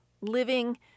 living